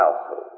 household